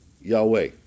Yahweh